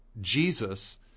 Jesus